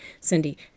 Cindy